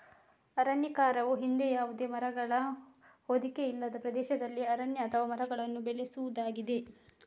ಅರಣ್ಯೀಕರಣವು ಹಿಂದೆ ಯಾವುದೇ ಮರಗಳ ಹೊದಿಕೆ ಇಲ್ಲದ ಪ್ರದೇಶದಲ್ಲಿ ಅರಣ್ಯ ಅಥವಾ ಮರಗಳನ್ನು ಬೆಳೆಸುವುದಾಗಿದೆ